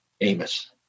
Amos